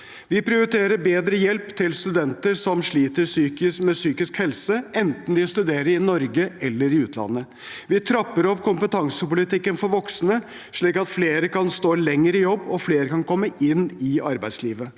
Vi prioriterer bedre hjelp til studenter som sliter med psykisk helse, enten de studerer i Norge eller i utlandet. Vi trapper opp kompetansepolitikken for voksne, slik at flere kan stå lenger i jobb, og slik at flere kan komme inn i arbeidslivet.